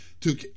took